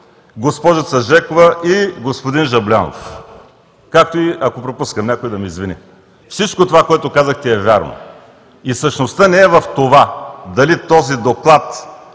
госпожица Жекова и господин Жаблянов. Ако пропускам някой, да ме извини. Всичко, което казахте е вярно. Същността не е в това дали този Доклад